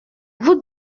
vous